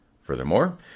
Furthermore